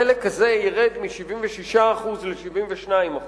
החלק הזה ירד מ-76% ל-72%,